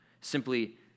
simply